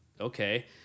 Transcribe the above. okay